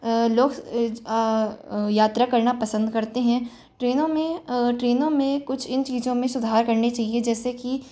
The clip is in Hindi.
लोग यात्रा करना पसंद करते हैं ट्रेनों में ट्रेनों में इन कुछ इन चीजों में सुधार करनी चाहिए जैसे कि